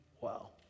Wow